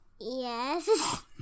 Yes